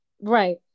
Right